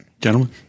gentlemen